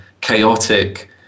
chaotic